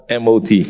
MOT